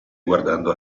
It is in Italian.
guardando